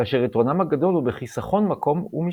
כאשר יתרונם הגדול הוא בחיסכון מקום ומשקל,